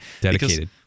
Dedicated